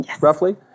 roughly